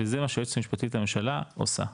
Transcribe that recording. וזה מה שהיועצת המשפטית לממשלה עושה.